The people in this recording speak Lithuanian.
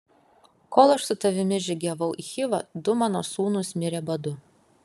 kol aš su tavimi žygiavau į chivą du mano sūnūs mirė badu